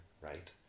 right